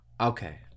okay